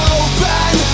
open